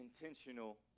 intentional